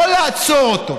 לא לעצור אותו.